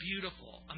beautiful